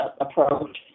approach